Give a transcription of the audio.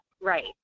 right